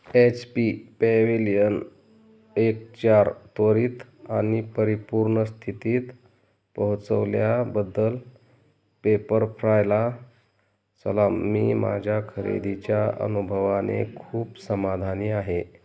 H P pavilion एक चार त्वरित आणि परिपूर्ण स्थितीत पोहोचवल्याबद्दल पेपरफ्रायला सलाम मी माझ्या खरेदीच्या अनुभवाने खूप समाधानी आहे